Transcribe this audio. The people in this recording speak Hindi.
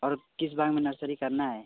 और किस बारे में नर्सरी करना है